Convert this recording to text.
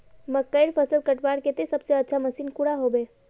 मकईर फसल कटवार केते सबसे अच्छा मशीन कुंडा होबे?